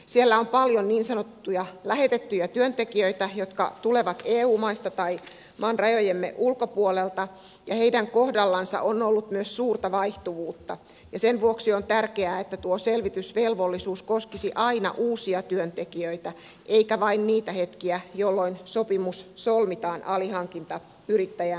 siellä on paljon niin sanottuja lähetettyjä työntekijöitä jotka tulevat eu maista tai maamme rajojen ulkopuolelta ja heidän kohdallansa on ollut myös suurta vaihtuvuutta ja sen vuoksi on tärkeää että tuo selvitysvelvollisuus koskisi aina uusia työntekijöitä eikä vain niitä hetkiä jolloin sopimus solmitaan alihankintayrittäjän kanssa